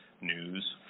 news